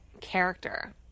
character